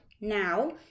now